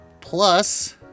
plus